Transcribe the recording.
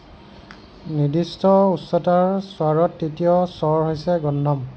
নিৰ্দিষ্ট উচ্চতাৰ স্বৰত তৃতীয় স্বৰ হৈছে গন্ধম